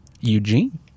Eugene